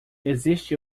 existe